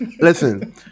Listen